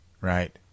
Right